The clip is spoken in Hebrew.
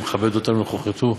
שמכבד אותנו בנוכחותו.